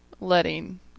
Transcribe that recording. letting